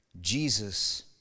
Jesus